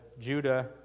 Judah